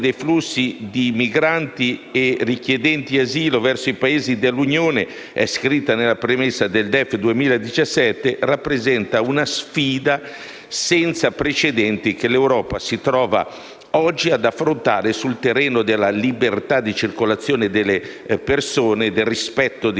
«rappresenta una sfida senza precedenti che l'Europa si trova oggi ad affrontare sul terreno della libertà di circolazione delle persone, del rispetto dei diritti umani, della sicurezza dei cittadini europei. È una crisi sistemica alla quale bisogna fornire una risposta comune a